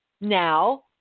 now